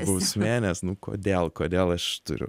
bausmė nes nu kodėl kodėl aš turiu